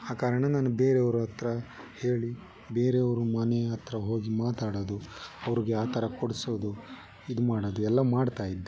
ಆ ಕಾರಣ ನಾನು ಬೇರೆಯವ್ರ ಹತ್ರ ಹೇಳಿ ಬೇರೆಯವ್ರ ಮನೆ ಹತ್ತಿರ ಹೋಗಿ ಮಾತಾಡೋದು ಅವ್ರಿಗೆ ಆ ಥರ ಕೊಡಿಸೋದು ಇದು ಮಾಡೋದು ಎಲ್ಲ ಮಾಡ್ತಾಯಿದ್ದೆ